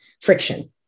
friction